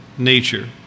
nature